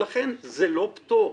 לכן זה לא פטור.